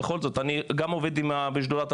אני גם עובד בשדרת התעופה,